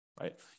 right